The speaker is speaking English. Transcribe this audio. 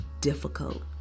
difficult